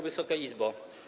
Wysoka Izbo!